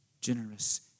generous